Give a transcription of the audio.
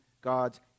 God's